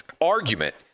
Argument